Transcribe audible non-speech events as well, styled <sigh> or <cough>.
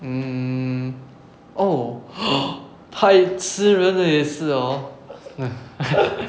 mm oh <noise> 太吃人的也是 hor !hais! <laughs>